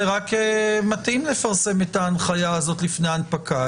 זה רק מתאים לפרסם את ההנחיה הזאת לפני ההנפקה.